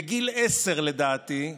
בגיל עשר, לדעתי,